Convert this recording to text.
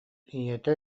ийэтэ